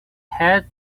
had